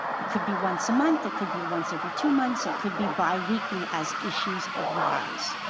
it could be once a month it could be once every two months, it could be bi-weekly as issues arise.